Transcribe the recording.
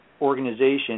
organization –